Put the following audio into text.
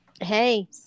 Hey